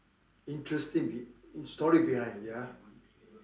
interesting be~ story behind ya